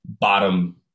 bottom –